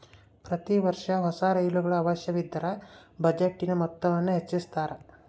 ಪ್ರತಿ ವರ್ಷ ಹೊಸ ರೈಲುಗಳ ಅವಶ್ಯವಿದ್ದರ ಬಜೆಟಿನ ಮೊತ್ತವನ್ನು ಹೆಚ್ಚಿಸುತ್ತಾರೆ